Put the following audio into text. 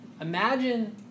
Imagine